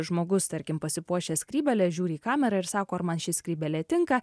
žmogus tarkim pasipuošęs skrybėle žiūri į kamerą ir sako man ši skrybėlė tinka